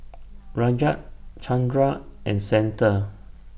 Rajat Chandra and Santha